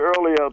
earlier